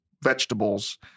vegetables